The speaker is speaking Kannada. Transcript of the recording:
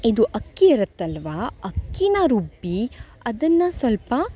ಇದು ಅಕ್ಕಿ ಇರುತ್ತಲ್ವಾ ಅಕ್ಕಿನ ರುಬ್ಬಿ ಅದನ್ನು ಸ್ವಲ್ಪ